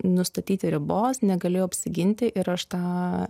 nustatyti ribos negalėjau apsiginti ir aš tą